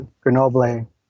Grenoble